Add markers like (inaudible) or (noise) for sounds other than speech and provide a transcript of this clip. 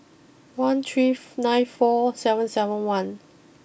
one three (unintelligible) nine four seven seven one